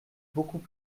beaucoup